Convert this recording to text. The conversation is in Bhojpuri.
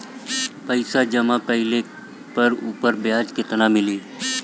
पइसा जमा कइले पर ऊपर ब्याज केतना मिली?